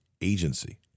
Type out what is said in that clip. agency